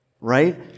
right